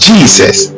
Jesus